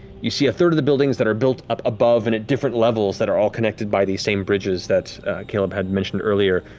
you see a third of the buildings that are built up above, and in different levels, that are all connected by these same bridges that caleb had mentioned earlier.